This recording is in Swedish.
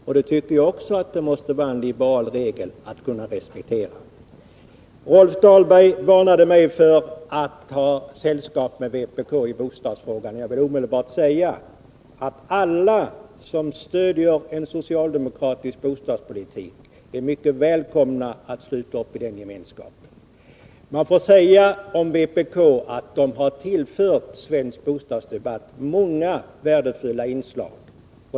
Jag tycker att det också måste vara en liberal regel att respektera dem. Rolf Dahlberg varnade mig för att ha sällskap med vpk i bostadsfrågan. Jag vill omedelbart säga att alla som stödjer en socialdemokratisk bostadspolitik är mycket välkomna att sluta upp i den gemenskapen. Man får säga att vpk har tillfört svensk bostadsdebatt många värdefulla inslag.